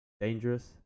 Dangerous